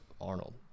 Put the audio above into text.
Arnold